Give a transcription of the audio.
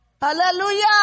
Hallelujah